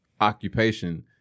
occupation